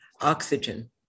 Oxygen